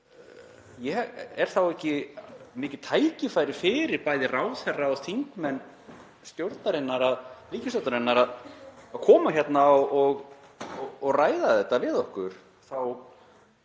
Er þá ekki mikið tækifæri fyrir bæði ráðherra og þingmenn ríkisstjórnarinnar að koma hérna og ræða þetta við okkur,